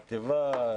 חטיבה,